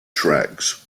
tracks